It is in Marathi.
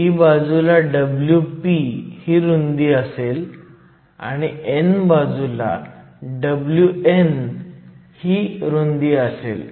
p बाजूला Wp ही रुंदी असेल आणि n बाजूला Wn ही रुंदी असेल